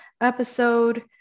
episode